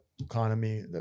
economy